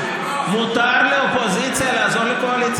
מותר לאופוזיציה לעזור לקואליציה,